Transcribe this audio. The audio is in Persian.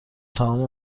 تمام